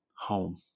home